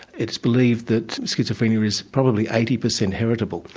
it's believed that schizophrenia is probably eighty per cent heritable,